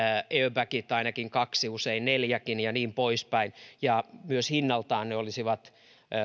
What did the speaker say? airbagit ainakin kaksi ja usein neljäkin ja niin pois päin myös hinnaltaan ne olisivat